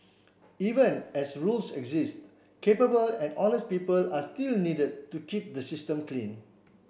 even as rules exist capable and honest people are still needed to keep the system clean